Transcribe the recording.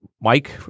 Mike